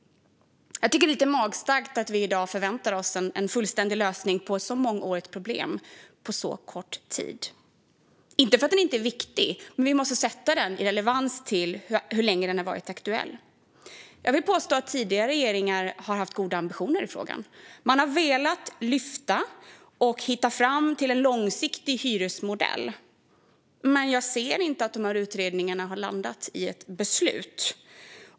Jag tycker att det är lite magstarkt att vi i dag förväntar oss en fullständig lösning på ett så mångårigt problem på så kort tid. Inte för att frågan inte är viktig, men vi måste sätta den i relation till hur länge den har varit aktuell. Jag vill påstå att tidigare regeringar har haft goda ambitioner i frågan. Man har velat lyfta och hitta fram till en långsiktig hyresmodell. Men jag ser inte att utredningarna har landat i ett beslut.